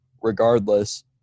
regardless